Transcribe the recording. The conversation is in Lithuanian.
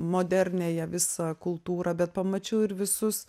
moderniąją visą kultūrą bet pamačiau ir visus